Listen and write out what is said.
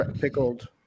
pickled